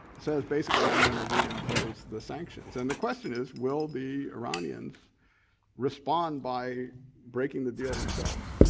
says basically i'm gonna reimpose the sanctions. and the question is, will the iranians respond by breaking the deal themselves?